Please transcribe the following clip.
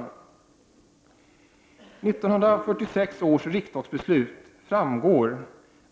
Av 1946 års riksdagsbeslut framgår